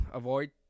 avoid